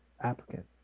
applicant